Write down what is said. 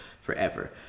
forever